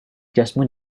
jasmu